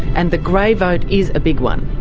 and the grey vote is a big one.